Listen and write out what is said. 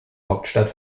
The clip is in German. hauptstadt